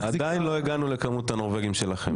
עדיין לא הגענו לכמות הנורבגים שלכם.